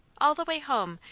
all the way home,